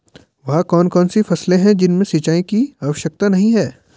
वह कौन कौन सी फसलें हैं जिनमें सिंचाई की आवश्यकता नहीं है?